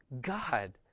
God